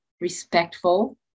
respectful